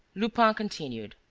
lupin continued